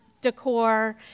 decor